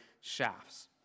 shafts